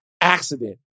accident